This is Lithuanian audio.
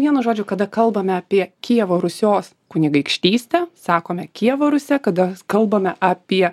vienu žodžiu kada kalbame apie kijevo rusios kunigaikštystę sakome kijevo rusia kada kalbame apie